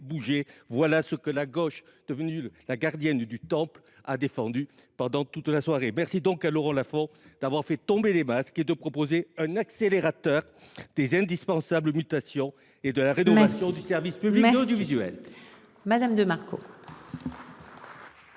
Voilà ce que la gauche, devenue la gardienne du temple, a défendu pendant toute la soirée ! Merci donc à Laurent Lafon d'avoir fait tomber les masques, et de proposer un accélérateur des indispensables mutations et de la rénovation du service public de l'audiovisuel.